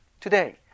today